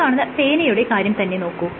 ഈ കാണുന്ന പേനയുടെ കാര്യം തന്നെ നോക്കൂ